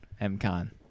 MCon